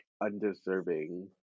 undeserving